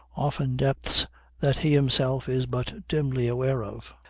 often depths that he himself is but dimly aware of.